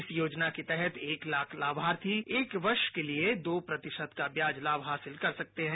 इस योजना के तहत एक लाख लामार्थी एक वर्ष के लिए दो प्रतिशत का ब्याज लाभ हासिल कर सकते हैं